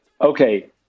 Okay